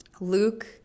Luke